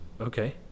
Okay